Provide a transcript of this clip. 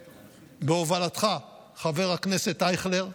שבהובלתך, חבר הכנסת אייכלר,